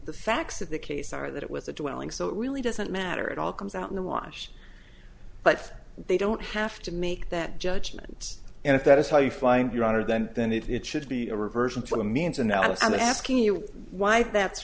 the facts of the case are that it was a dwelling so it really doesn't matter it all comes out in the wash but they don't have to make that judgment and if that is how you find your honor then then it it should be a reversion to the means analysis i'm asking you why that's